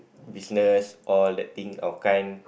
business all that thing that kind